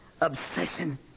obsession